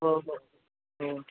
हो हो